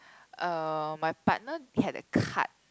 uh my partner had a cut